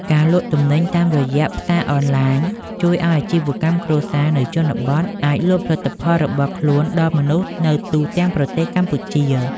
ការលក់ទំនិញតាមរយៈផ្សារអនឡាញ ជួយឱ្យអាជីវកម្មគ្រួសារនៅជនបទអាចលក់ផលិតផលរបស់ខ្លួនដល់មនុស្សនៅទូទាំងប្រទេសកម្ពុជា។